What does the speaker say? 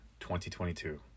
2022